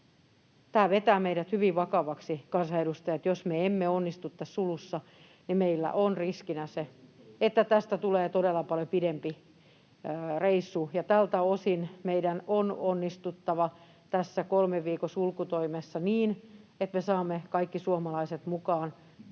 Tämä vetää meidät hyvin vakaviksi, kansanedustajat, jos me emme onnistu tässä sulussa, ja meillä on riskinä se, että tästä tulee todella paljon pidempi reissu. Tältä osin meidän on onnistuttava tässä kolmen viikon sulkutoimessa niin, että me saamme kaikki suomalaiset mukaan pitämään